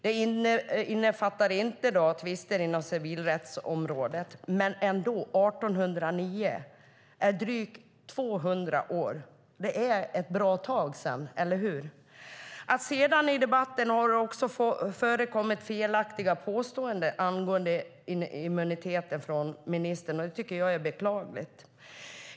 Det innefattar inte tvister inom civilrättsområdet. Men ändå - 1809! Det var för drygt 200 år sedan. Det är ett bra tag sedan, eller hur? Det har i debatten också förekommit felaktiga påståenden från ministern angående immuniteten. Det tycker jag är beklagligt.